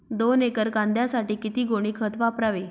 दोन एकर कांद्यासाठी किती गोणी खत वापरावे?